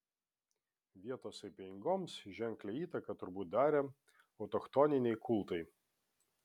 vietos apeigoms ženklią įtaką turbūt darė autochtoniniai kultai